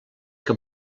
que